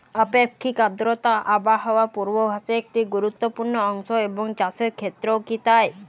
আপেক্ষিক আর্দ্রতা আবহাওয়া পূর্বভাসে একটি গুরুত্বপূর্ণ অংশ এবং চাষের ক্ষেত্রেও কি তাই?